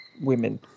women